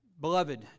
Beloved